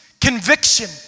conviction